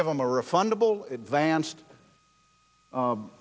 give them a refundable advanced